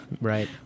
Right